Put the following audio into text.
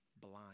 blind